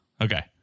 Okay